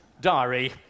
diary